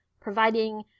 providing